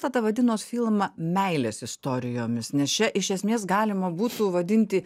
tada vadinos filmą meilės istorijomis nes čia iš esmės galima būtų vadinti